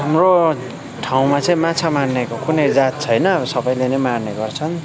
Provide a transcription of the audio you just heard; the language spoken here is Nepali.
हाम्रो ठाउँमा चाहिँ माछा मार्नेको कुनै जात छैन सबैले नै मार्ने गर्छन्